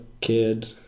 kid